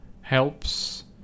helps